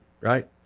right